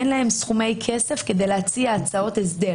אין להם סכומי כסף כדי להציע הצעות הסדר.